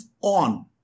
on